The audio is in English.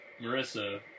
Marissa